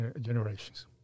generations